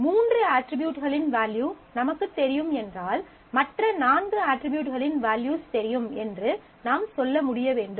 மூன்று அட்ரிபியூட்களின் வேல்யூ நமக்குத் தெரியும் என்றால் மற்ற நான்கு அட்ரிபியூட்களின் வேல்யூஸ் தெரியும் என்று நாம் சொல்ல முடிய வேண்டும்